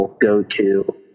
go-to